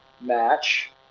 match